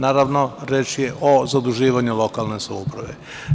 Naravno, reč je o zaduživanju lokalne samouprave.